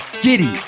giddy